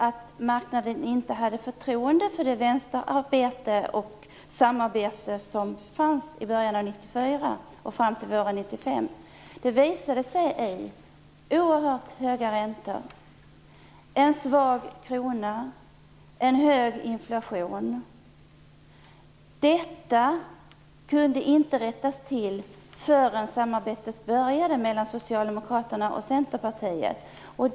Att marknaden inte hade förtroende för det samarbete med Vänstern som fanns i början av 1994 och fram till våren 1995, visade sig i oerhört höga räntor, en svag krona och en hög inflation. Detta kunde inte rättas till förrän samarbetet mellan Socialdemokraterna och Centerpartiet började.